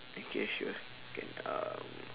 okay sure then um